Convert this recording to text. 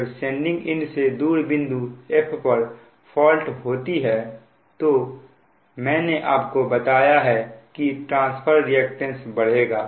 जब sending end से दूर बिंदु F पर फॉल्ट होती है तो मैंने आपको बताया है कि ट्रांसफर रिएक्टेंस बढ़ेगा